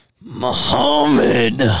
Muhammad